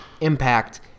impact